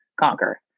conquer